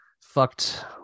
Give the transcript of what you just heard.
fucked